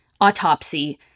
autopsy